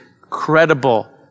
credible